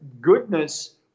goodness